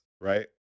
right